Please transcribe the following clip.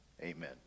amen